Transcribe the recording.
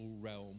realm